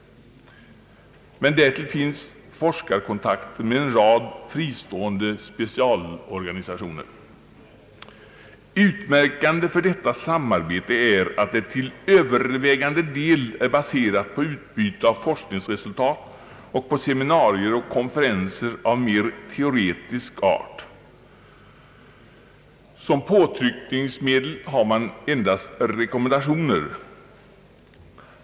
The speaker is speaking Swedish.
Därutöver finns forskarkontakter med en rad fristående specialorganisationer. Utmärkande för detta samarbete är att det till övervägande del är baserat på utbyte av forskningsresultat och på seminarier och konferenser av mer teoretisk art. Som påtryckningsmedel har man endast rekommendationer.